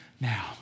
Now